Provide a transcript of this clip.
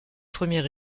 premier